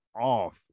off